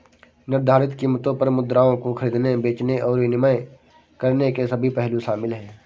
निर्धारित कीमतों पर मुद्राओं को खरीदने, बेचने और विनिमय करने के सभी पहलू शामिल हैं